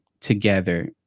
together